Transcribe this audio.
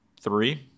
three